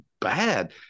bad